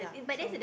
yeah so